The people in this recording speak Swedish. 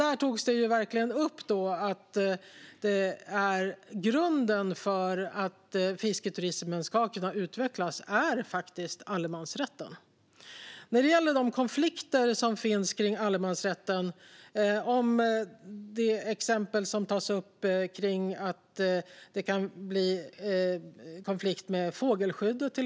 Där togs det upp att grunden för att fisketurismen ska kunna utvecklas är allemansrätten. Kjell-Arne Ottosson nämner konflikter kring allemansrätten och tar ett exempel där allemansrätten kommer i konflikt med fågelskyddet.